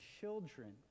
children